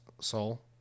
soul